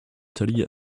teddy